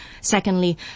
Secondly